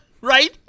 Right